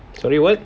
sorry what